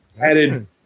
added